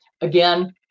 Again